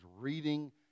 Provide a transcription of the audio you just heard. reading